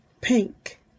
pink